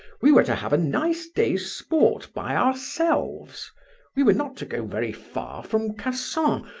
we were to have a nice day's sport by ourselves we were not to go very far from cassan,